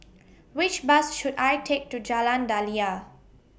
Which Bus should I Take to Jalan Daliah